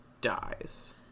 dies